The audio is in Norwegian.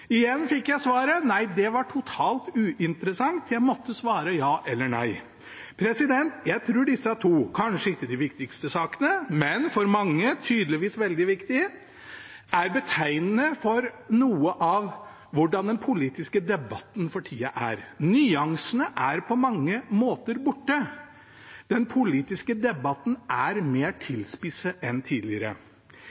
Igjen fikk jeg som svar at det var totalt uinteressant, og at jeg måtte svare ja eller nei. Jeg tror disse to eksemplene – kanskje ikke de viktigste sakene, men tydeligvis veldig viktig for mange – er betegnende for hvordan noe av den politiske debatten er for tida. Nyansene er på mange måter borte. Den politiske debatten er mer